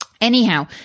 Anyhow